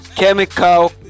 chemical